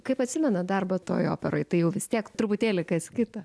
kaip atsimenat darbą toj operoj tai jau vis tiek truputėlį kas kita